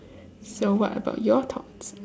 so what about your thoughts